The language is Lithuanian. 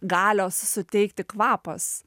galios suteikti kvapas